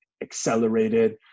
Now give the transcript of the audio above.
accelerated